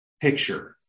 picture